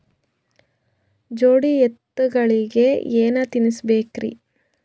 ಜೋಡಿ ಎತ್ತಗಳಿಗಿ ಏನ ತಿನಸಬೇಕ್ರಿ?